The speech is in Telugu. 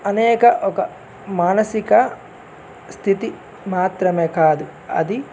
అనేక ఒక మానసిక స్థితి మాత్రమే కాదు అది